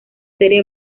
serie